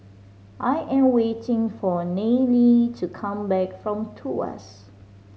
I am waiting for Nayely to come back from Tuas